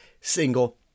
single